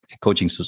coaching